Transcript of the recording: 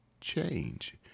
change